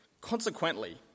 Consequently